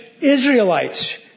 Israelites